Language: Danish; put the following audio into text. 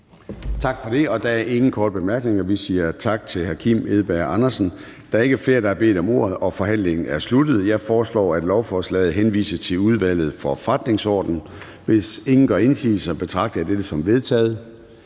Gade): Der er ingen korte bemærkninger, så vi siger tak til hr. Kim Edberg Andersen. Da der ikke er flere, der har bedt om ordet, er forhandlingen sluttet. Jeg foreslår, at lovforslaget henvises til Udvalget for Forretningsordenen. Hvis ingen gør indsigelse, betragter jeg dette som vedtaget.